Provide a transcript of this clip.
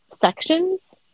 sections